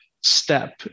step